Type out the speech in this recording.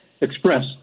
express